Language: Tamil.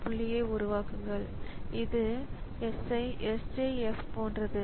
இந்த புள்ளியை உருவாக்குங்கள் இது நடத்தை SJF போன்றது